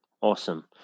awesome